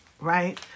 right